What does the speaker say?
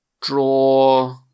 draw